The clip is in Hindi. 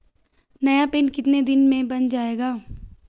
नया पिन कितने दिन में बन जायेगा?